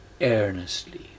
earnestly